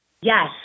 Yes